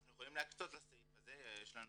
אנחנו יכולים להקצות לסעיף הזה, יש לנו